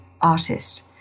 artist